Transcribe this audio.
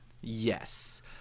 Yes